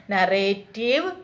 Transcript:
Narrative